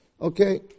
Okay